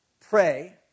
pray